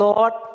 Lord